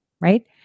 right